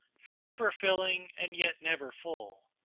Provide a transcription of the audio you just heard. forever filling and yet never full.